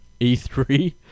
E3